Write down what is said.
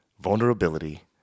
vulnerability